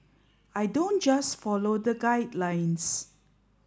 I don't just follow the guidelines